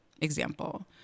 example